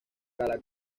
cala